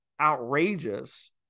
outrageous